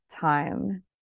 time